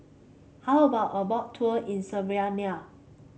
how about a Boat Tour in Slovenia